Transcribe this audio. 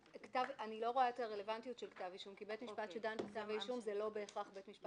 יכול להיות שהם חושבים שאולי זה לא באמת ככה.